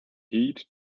heed